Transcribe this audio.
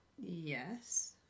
yes